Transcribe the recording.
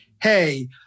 hey